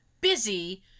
busy